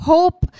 Hope